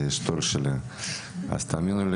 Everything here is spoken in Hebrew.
תאמינו לי,